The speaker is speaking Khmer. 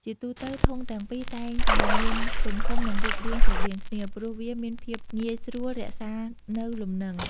ជាទូទៅ ធុងទាំងពីរតែងតែមានទំហំ និងរូបរាងស្រដៀងគ្នា ព្រោះវាមានភាពងាយស្រួលរក្សានៅលំនឹង។